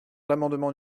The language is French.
l’amendement